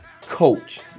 coach